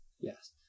Yes